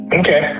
okay